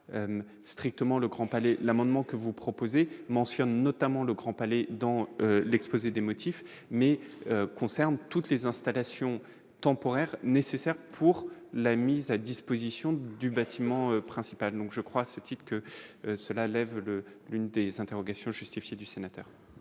l'amendement que vous proposez, mentionne notamment le Grand Palais dans l'exposé des motifs, mais concerne toutes les installations temporaires nécessaires pour la mise à disposition du bâtiment principal, donc je crois ce type que cela lève le l'une des interrogations justifiées du sénateur.